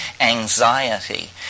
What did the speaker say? anxiety